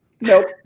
nope